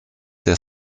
der